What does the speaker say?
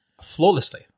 flawlessly